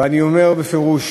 ואני אומר בפירוש